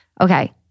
okay